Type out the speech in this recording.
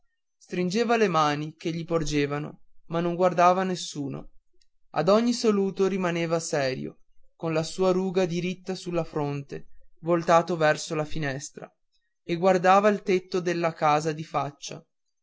stringeva le mani che gli porgevano ma non guardava nessuno ad ogni saluto rimaneva serio con la sua ruga diritta sulla fronte voltato verso la finestra e guardava il tetto della casa di faccia